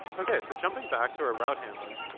ok so jumping back to our route handler.